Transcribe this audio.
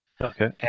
Okay